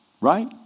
right